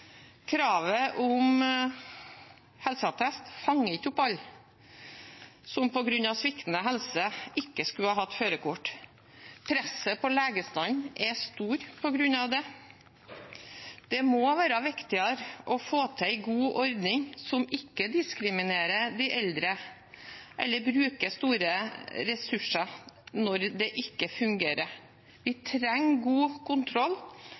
Kravet om helseattest fanger ikke opp alle som på grunn av sviktende helse ikke skulle hatt førerkort. Presset på legestanden er stort på grunn av det. Det må være viktigere å få til en god ordning som ikke diskriminerer de eldre, eller som bruker store ressurser når det ikke fungerer. Vi trenger god kontroll